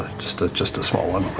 just just a small one.